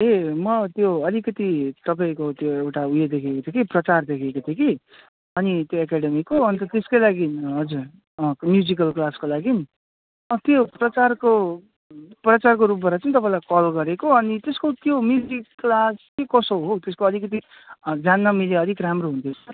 ए म त्यो अलिकति तपाईँको त्यो एउटा उयो देखेको थिएँ कि प्रचार देखेको थिएँ कि अनि त्यो एकाडेमीको अन्त त्यसकै लागि हजुर म्युजिकल क्लासको लागि त्यो प्रचारको प्रचारको रूपबा चाहिँ तपाईँलाई कल गरेको अनि त्यसको त्यो म्युजिक क्लास के कसो हौ त्यसको अलिकति जान्न मिल्यो अलिक राम्रो हुन्थ्यो सर